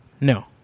No